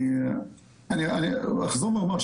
אני אחזור ואומר,